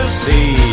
see